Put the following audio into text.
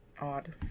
odd